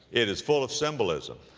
it is full of symbolism.